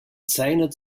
zeichnet